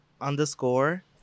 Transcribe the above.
underscore